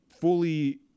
fully